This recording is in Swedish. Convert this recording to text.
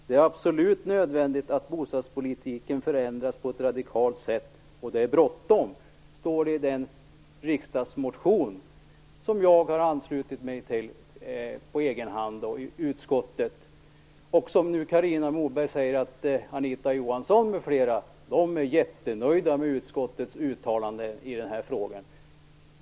Det är absolut nödvändigt att bostadspolitiken förändras på ett radikalt sätt och det är bråttom. Så står det i den motion som jag på egen hand har anslutit mig till i utskottet. Carina Moberg säger att Anita Johansson m.fl. är mycket nöjda med utskottets uttalande i den här frågan.